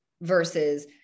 versus